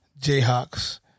Jayhawks